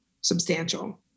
substantial